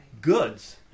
goods